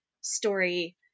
story